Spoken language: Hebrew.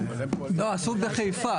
לא, עשו בחיפה.